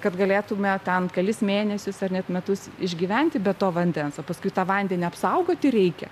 kad galėtume ten kelis mėnesius ar net metus išgyventi be to vandens o paskui tą vandenį apsaugoti reikia